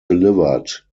delivered